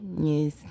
yes